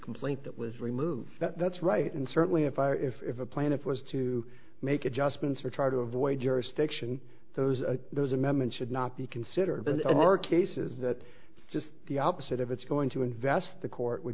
complaint that was removed that's right and certainly if i if a plaintiff was to make adjustments or try to avoid jurisdiction those those amendments should not be considered bizarre cases that just the opposite of it's going to invest the court with